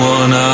one